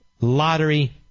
lottery